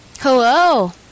Hello